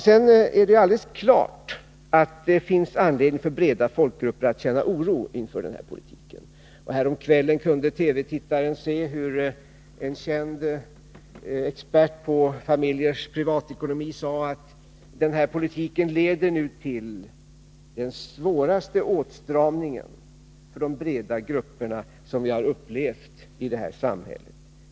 Sedan är det alldeles klart att det finns anledning för breda folkgrupper att känna oro inför denna politik. Härom kvällen kunde TV-tittaren höra hur en känd expert på familjers privatekonomi sade att denna politik leder till den svåraste åtstramning för de breda grupperna som vi har upplevt i detta samhälle.